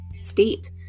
state